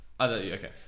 Okay